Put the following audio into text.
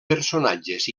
personatges